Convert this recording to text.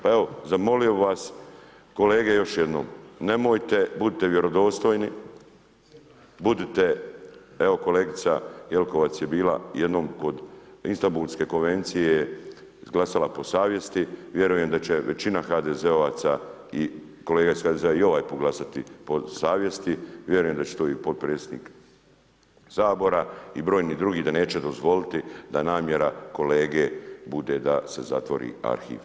Pa evo zamolio bih vas kolege još jednom, budite vjerodostojni, evo kolegica Jelkovac je bila jednom, kod Istanbulske konvencije je izglasala po savjesti, vjerujem da će većina HDZ-ovaca i kolege iz HDZ-a i ovaj put glasati po savjesti, vjerujem da će to i potpredsjednik Sabora i brojni drugi, da neće dozvoliti da namjera kolege bude da se zatvori arhiv.